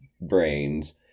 brains